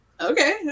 okay